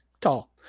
tall